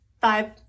five